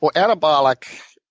but anabolic